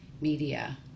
media